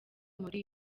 muri